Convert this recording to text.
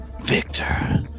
Victor